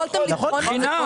לא יכולתם לבחון אותו קודם?